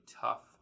tough